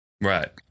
right